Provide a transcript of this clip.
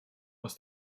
aus